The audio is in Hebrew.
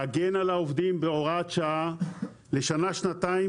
להגן על העובדים בהוראת שעה לשנה שנתיים,